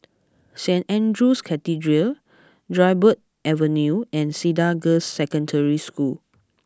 Saint Andrew's Cathedral Dryburgh Avenue and Cedar Girls' Secondary School